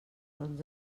doncs